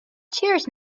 cheers